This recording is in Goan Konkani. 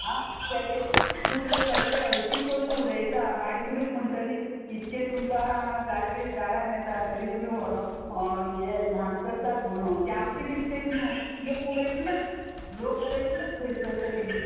आं ते ते कुत्रे सगळे हळशीक करून उडयता मागीर तुमीच म्हणटलीं इतके तुमकां गार्बेज दारान येता तरी तुमी व्हरो ये घाण करतात म्हणून ती आमची मिस्टेक न्हू लोक उडयतलोच लोक उडयतलेच खंयसर तरी